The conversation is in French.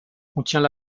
contient